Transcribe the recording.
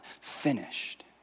finished